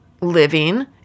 living